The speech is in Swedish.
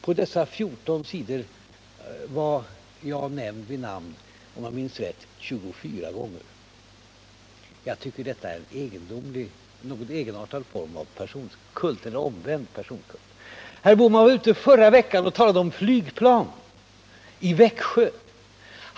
På dessa 14 sidor var jag nämnd vid namn —- om jag minns rätt — 24 gånger. Jag tycker det är en något egenartad personkult — eller omvänd personkult. Herr Bohman var ute förra veckan och talade om flygplan i Växjö.